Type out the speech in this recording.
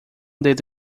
dedo